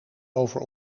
over